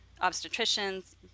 obstetricians